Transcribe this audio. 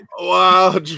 Wow